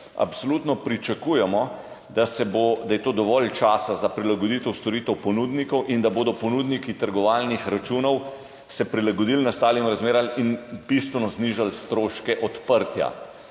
Absolutno pričakujemo, da je to dovolj časa za prilagoditev storitev ponudnikov in da se bodo ponudniki trgovalnih računov prilagodili nastalim razmeram in bistveno znižali stroške odprtja.